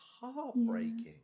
heartbreaking